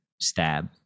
stab